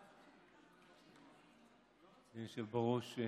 היושב בראש,